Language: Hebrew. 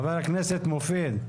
ח"כ מופיד,